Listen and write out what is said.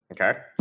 Okay